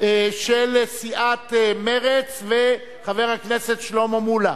של סיעת מרצ וחבר הכנסת שלמה מולה.